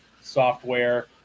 software